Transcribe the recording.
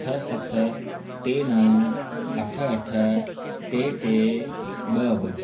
छह सत टे नव अठ अठ टे टे ॿ ॿ